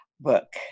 Book